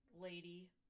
lady